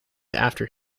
after